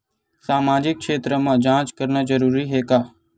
सामाजिक क्षेत्र म जांच करना जरूरी हे का?